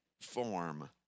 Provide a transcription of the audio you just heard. form